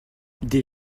des